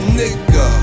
nigga